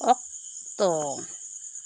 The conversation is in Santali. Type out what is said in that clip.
ᱚᱠᱛᱚ